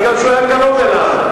מפני שהוא היה קרוב אליו,